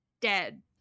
dead